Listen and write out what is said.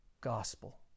gospel